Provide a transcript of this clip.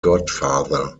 godfather